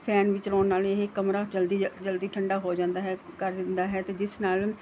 fan ਵੀ ਚਲਾਉਣ ਨਾਲ ਇਹ ਕਮਰਾ ਜਲਦੀ ਜਲਦੀ ਠੰਡਾ ਹੋ ਜਾਂਦਾ ਹੈ ਕਰ ਦਿੰਦਾ ਹੈ ਅਤੇ ਜਿਸ ਨਾਲ